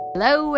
Hello